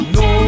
no